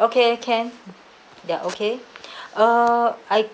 okay can ya okay uh I